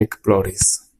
ekploris